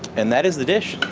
and that is the dish,